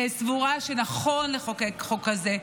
סבורה שנכון לחוקק חוק כזה,